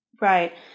Right